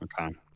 Okay